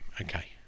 okay